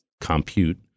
compute